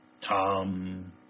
Tom